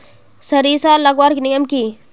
सरिसा लगवार नियम की?